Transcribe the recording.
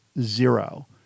zero